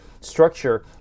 structure